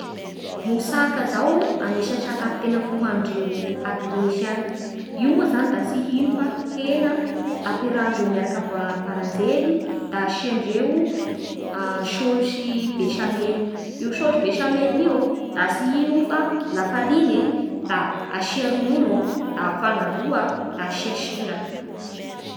Mosaka izao anisan'ny sakafo tena fohanindreo a Grèce agny. Io moa zany da tsy ino fa hena ampiarahandreo miaraka amin'ny ba- baranjely da asiandreo a saosy besamely. Io saosy besamely iô da tsy ino fa lafariny e da asia ronono da afangaroa da asia sira.